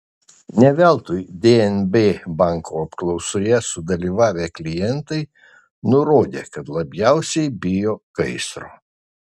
ne veltui dnb banko apklausoje sudalyvavę klientai nurodė kad labiausiai bijo gaisro